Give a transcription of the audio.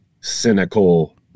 cynical